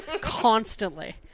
Constantly